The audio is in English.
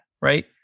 right